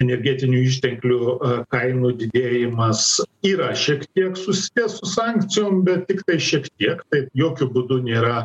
energetinių išteklių kainų didėjimas yra šiek tiek susiję su sankcijom bet tiktai šiek tiek tai jokiu būdu nėra